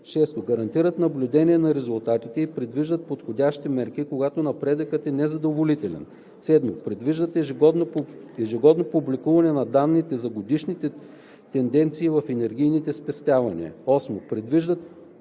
2; 6. гарантират наблюдение на резултатите и предвиждат подходящи мерки, когато напредъкът е незадоволителен; 7. предвиждат ежегодно публикуване на данните за годишните тенденции в енергийните спестявания; 8. предвиждат